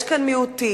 יש כאן מיעוט,